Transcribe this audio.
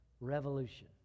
Revolution